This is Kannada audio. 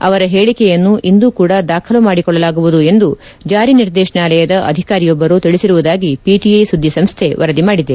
ಅವರ ಹೇಳಿಕೆಯನ್ನು ಇಂದು ಕೊಡಾ ದಾಖಲು ಮಾಡಿಕೊಳ್ಳಲಾಗುವುದು ಎಂದು ಜಾರಿ ನಿರ್ದೇಶನಾಲಯದ ಅಧಿಕಾರಿಯೊಬ್ಬರು ತಿಳಿಸಿರುವುದಾಗಿ ಪಿಟಿಐ ಸುದ್ದಿಸಂಸ್ಥೆ ವರದಿ ಮಾಡಿದೆ